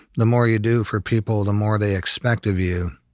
the more you do for people, the more they expect of you.